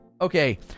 Okay